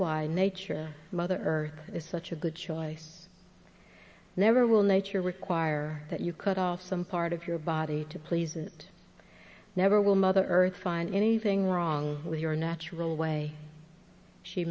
why nature mother earth is such a good choice never will nature require that you cut off some part of your body to please it never will mother earth find anything wrong with your natural way she